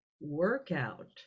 workout